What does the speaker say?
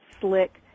slick